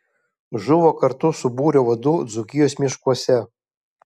žuvo kartu su būrio vadu dzūkijos miškuose